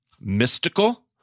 mystical